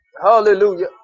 hallelujah